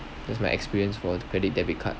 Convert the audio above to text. that's my experience for the credit debit card